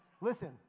listen